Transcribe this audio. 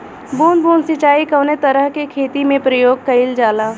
बूंद बूंद सिंचाई कवने तरह के खेती में प्रयोग कइलजाला?